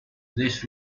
this